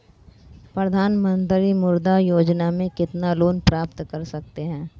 प्रधानमंत्री मुद्रा योजना में कितना लोंन प्राप्त कर सकते हैं?